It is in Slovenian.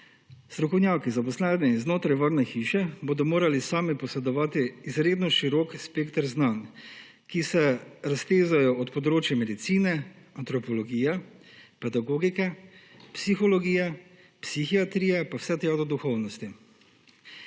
Strokovnjaki, zaposleni znotraj varne hiše, bodo morali sami posedovati izredno širok spekter znanj, ki se raztezajo od področja medicine, antropologije, pedagogike, psihologije, psihiatrije pa vse tja do duhovnosti.